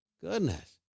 Goodness